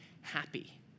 happy